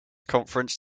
conference